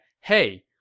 hey